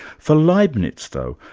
for leibnitz though,